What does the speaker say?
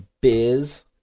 biz